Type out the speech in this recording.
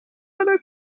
eine